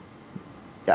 yeah